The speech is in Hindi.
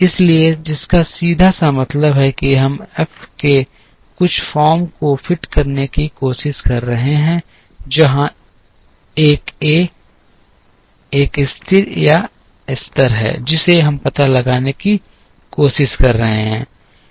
इसलिए जिसका सीधा सा मतलब है कि हम F के कुछ फॉर्म को फिट करने की कोशिश कर रहे हैं जहां एक ए एक स्थिर या स्तर है जिसे हम पता लगाने की कोशिश कर रहे हैं